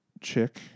chick